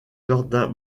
jardin